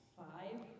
five